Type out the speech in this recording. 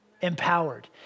empowered